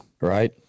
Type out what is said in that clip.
Right